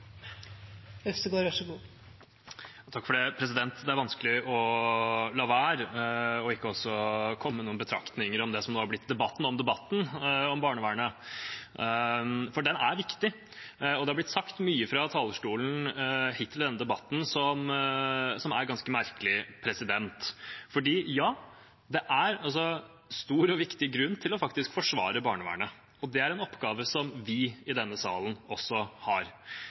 engasjementet er så stort. Jeg ønsker alle lykke til med det. Det er vanskelig å la være å ikke komme med noen betraktninger om det som nå har blitt debatten om debatten om barnevernet, for den er viktig, og det er hittil i denne debatten blitt sagt mye som er ganske merkelig. Det er en stor og viktig grunn til faktisk å forsvare barnevernet, det er en oppgave som vi i denne salen også har.